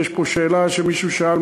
ויש פה שאלה שמישהו שאל,